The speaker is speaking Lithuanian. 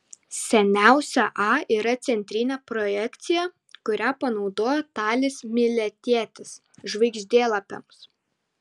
seniausia a yra centrinė projekcija kurią panaudojo talis miletietis žvaigždėlapiams